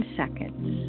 seconds